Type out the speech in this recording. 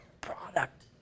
product